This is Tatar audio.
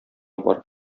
барып